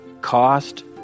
Cost